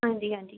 ਹਾਂਜੀ ਹਾਂਜੀ